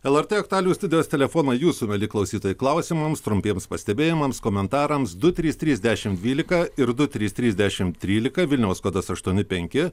lrt aktualijų studijos telefoną jūsų mieli klausytojai klausimams trumpiems pastebėjimams komentarams du du trys trys dešimt dvylika ir du trys trys dešimt trylika vilniaus kodas aštuoni penki